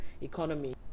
economy